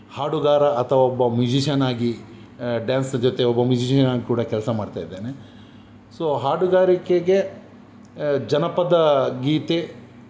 ಹಾಡುಗಾರ ಅಥವಾ ಒಬ್ಬ ಮ್ಯುಝಿಷನ್ ಆಗಿ ಡ್ಯಾನ್ಸ್ ಜೊತೆ ಒಬ್ಬ ಮ್ಯುಝಿಷನ್ ಆಗಿ ಕೂಡ ಕೆಲಸ ಮಾಡ್ತಾಯಿದ್ದೇನೆ ಸೊ ಹಾಡುಗಾರಿಕೆಗೆ ಜನಪದ ಗೀತೆ